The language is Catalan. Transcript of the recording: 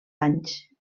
anys